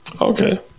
Okay